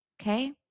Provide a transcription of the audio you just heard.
Okay